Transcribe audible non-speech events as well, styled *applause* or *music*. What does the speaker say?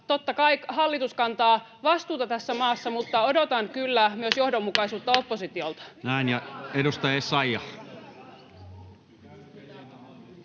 totta kai hallitus kantaa vastuuta tässä maassa, mutta odotan kyllä *noise* myös johdonmukaisuutta oppositiolta. Näin. — Ja edustaja Essayah.